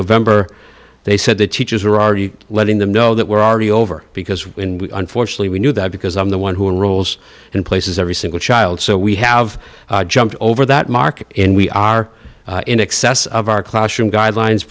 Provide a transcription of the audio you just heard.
november they said the teachers are already letting them know that we're already over because unfortunately we knew that because i'm the one who rules and places every single child so we have jumped over that market and we are in excess of our classroom guidelines